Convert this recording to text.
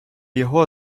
його